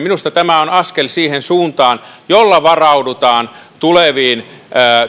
on minusta askel siihen suuntaan että varaudutaan tuleviin